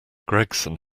gregson